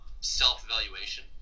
self-evaluation